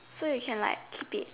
so you can like keep it